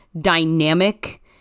dynamic